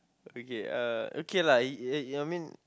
okay uh okay lah I I I mean